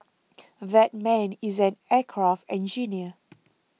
that man is an aircraft engineer